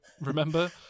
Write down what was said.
remember